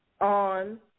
On